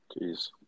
Jeez